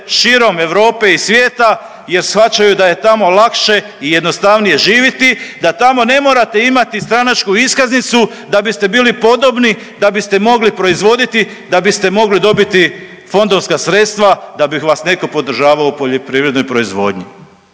širom Europe i svijeta jer shvaćaju da je tamo lakše i jednostavnije živiti da tamo ne morate imati stranačku iskaznicu da biste bili podobni, da biste mogli proizvoditi, da biste mogli dobiti fondovska sredstva, da bih vas neko podržavao u poljoprivrednoj proizvodnji.